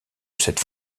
cette